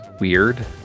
weird